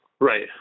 Right